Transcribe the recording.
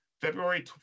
February